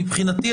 מבחינתי,